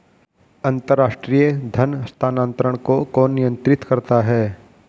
अंतर्राष्ट्रीय धन हस्तांतरण को कौन नियंत्रित करता है?